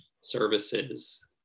services